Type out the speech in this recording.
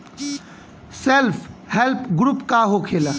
Self help group का होखेला?